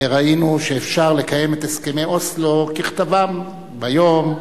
ראינו שאפשר לקיים את הסכמי אוסלו ככתבם, ביום,